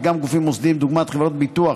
אך גם גופים מוסדיים דוגמת חברות ביטוח